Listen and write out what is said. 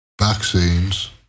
vaccines